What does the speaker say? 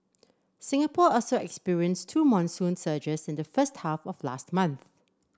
Singapore also experienced two monsoon surges in the first half of last month